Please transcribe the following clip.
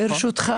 ברשותך,